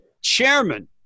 chairman